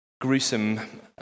gruesome